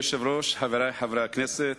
אדוני היושב-ראש, חברי חברי הכנסת,